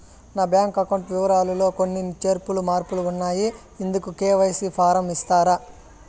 నా bank account వివరాలు లో కొన్ని చేర్పులు మార్పులు ఉన్నాయి, ఇందుకు కె.వై.సి ఫారం ఇస్తారా?